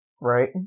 Right